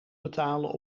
betalen